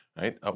right